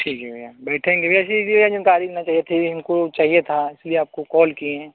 ठीक है भैया बैठेंगे जानकारी लेना चाहिए थी उनको चाहिए था इस लिए आपको कॉल किए